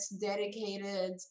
dedicated